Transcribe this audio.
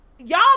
Y'all